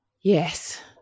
Yes